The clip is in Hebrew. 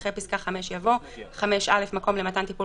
אחרי פסקה (5) יבוא: "5(א) מקום למתן טיפול